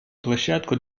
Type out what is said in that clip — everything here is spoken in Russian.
площадку